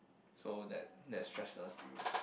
so that that stresses you